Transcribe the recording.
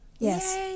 Yes